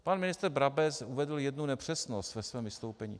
Pan ministr Brabec uvedl jednu nepřesnost ve svém vystoupení.